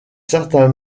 certain